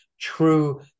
true